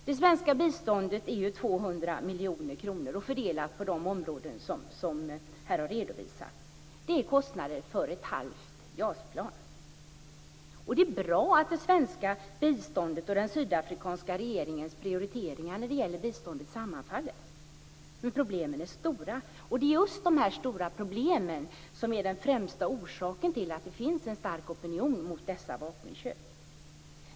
Det svenska biståndet är 200 miljoner kronor och fördelas på de områden som här har redovisats. Det är kostnaden för ett halvt JAS-plan. Det är bra att det svenska biståndet och den sydafrikanska regeringens prioriteringar när det gäller biståndet sammanfaller, men problemen är stora, och det är just de stora problemen som är den främsta orsaken till att det finns en stark opinion mot dessa vapenköp.